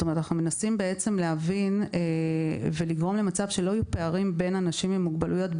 אנחנו מנסים להבין ולגרום למצב שלא יהיו פערים בין אנשים עם מוגבלויות,